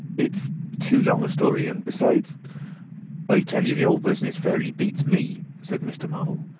it's too long a story. and besides i tell you, the whole business fairly beats me, said mr. marvel.